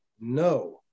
no